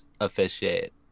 officiate